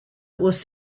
was